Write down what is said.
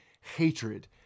hatred